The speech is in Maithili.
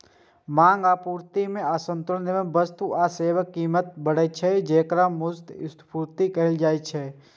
मांग आ आपूर्ति मे असंतुलन सं वस्तु आ सेवाक कीमत बढ़ै छै, जेकरा मुद्रास्फीति कहल जाइ छै